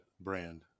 brand